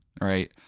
right